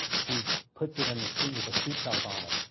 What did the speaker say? he puts it in the seat with a seat belt on it.